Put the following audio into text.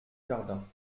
jardin